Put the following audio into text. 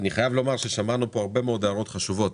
שמענו פה הרבה הערות חשובות